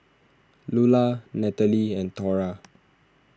Lulla Natalee and Thora